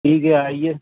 ٹھیک ہے آئیے